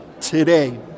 today